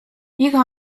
iga